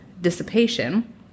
dissipation